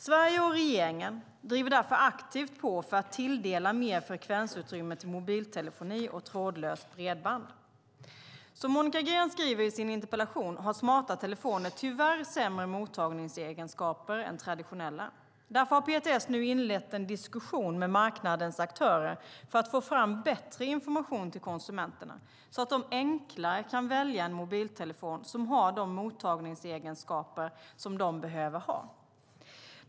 Sverige och regeringen driver därför aktivt på för att tilldela mer frekvensutrymme till mobiltelefoni och trådlöst bredband. Som Monica Green skriver i sin interpellation har smarta telefoner tyvärr sämre mottagningsegenskaper än traditionella. Därför har PTS nu inlett en diskussion med marknadens aktörer för att få fram bättre information till konsumenterna, så att de enklare kan välja en mobiltelefon som har de mottagningsegenskaper som de behöver ha.